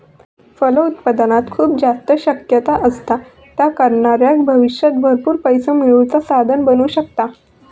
फलोत्पादनात खूप जास्त शक्यता असत, ता करणाऱ्याक भविष्यात भरपूर पैसो मिळवुचा साधन बनू शकता